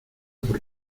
por